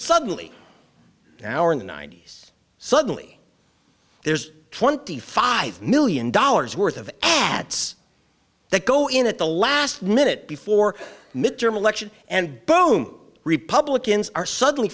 suddenly now or in the ninety's suddenly there's twenty five million dollars worth of ads that go in at the last minute before mid term election and boehm republicans are suddenly